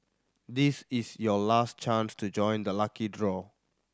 this is your last chance to join the lucky draw